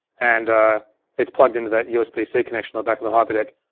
and it's plugged into that usb-c so connection on the back of the hyperdeck.